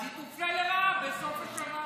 אז היא תופלה לרעה בסוף השנה.